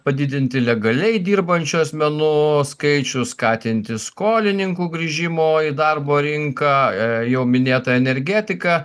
padidinti legaliai dirbančių asmenų skaičių skatinti skolininkų grįžimo į darbo rinką jau minėta energetika